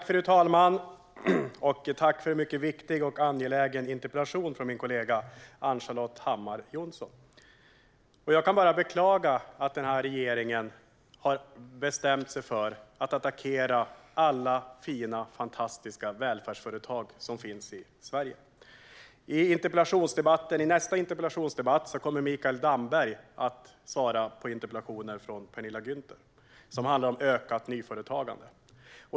Fru talman! Jag vill tacka min kollega, Ann-Charlotte Hammar Johnsson, för en mycket viktig och angelägen interpellation. Jag kan bara beklaga att den här regeringen har bestämt sig för att attackera alla fina och fantastiska välfärdsföretag i Sverige. I nästa interpellationsdebatt kommer Mikael Damberg att svara på en interpellation från Penilla Gunther om ökat nyföretagande.